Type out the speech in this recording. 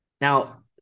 Now